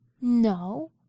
No